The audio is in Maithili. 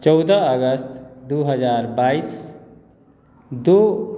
चौदह अगस्त दू हजार बाईस दू